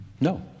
No